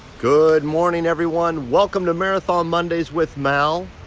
good morning, everyone! welcome to marathon mondays with mal.